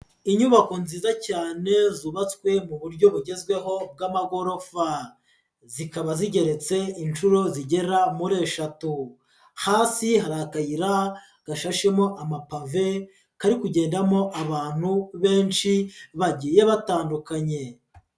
Inyubako nziza cyane zubatswe mu buryo bugezweho bw'amagorofa, zikaba zigeretse inshuro zigera muri eshatu, hafi hari akayira gashashemo amapave kari kugendamo abantu benshi bagiye batandukanye.